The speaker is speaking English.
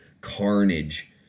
carnage